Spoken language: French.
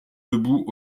debout